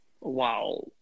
Wow